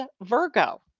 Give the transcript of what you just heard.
Virgo